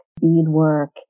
beadwork